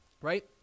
right